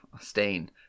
Stain